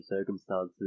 circumstances